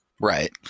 Right